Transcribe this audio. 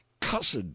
cussed